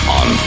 on